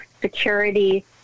security